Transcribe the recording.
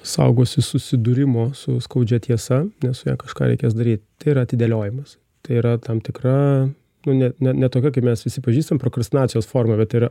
saugosi susidūrimo su skaudžia tiesa nes su ja kažką reikės daryt tai yra atidėliojimas tai yra tam tikra nu ne ne tokia kaip mes visi pažįstam prokrastinacijos forma bet tai yra